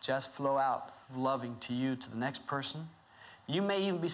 just flow out of loving to you to the next person you may